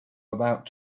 about